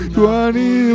twenty